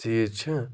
چیٖز چھِ